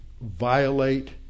violate